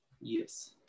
Yes